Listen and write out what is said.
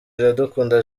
iradukunda